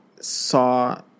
saw